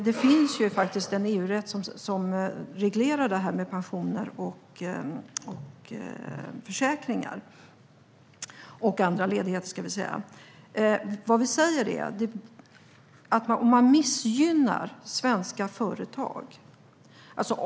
Där regleras pensioner, försäkringar och ledigheter.